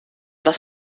was